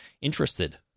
interested